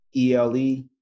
ELE